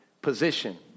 position